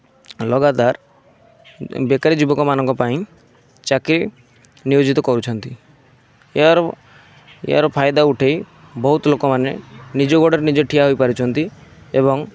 ଲଗାତାର ବେକାରୀ ଯୁବକ ମାନଙ୍କ ପାଇଁ ଚାକିରି ନିୟୋଜିତ କରୁଛନ୍ତି ଏହାର ଏହାର ଫାଇଦା ଉଠାଇ ବହୁତ ଲୋକମାନେ ନିଜ ଗୋଡ଼ରେ ନିଜେ ଠିଆ ହୋଇପାରିଛନ୍ତି ଏବଂ